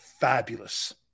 fabulous